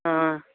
ਹਾਂ